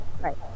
Right